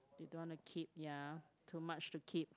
you don't wanna keep ya too much to keep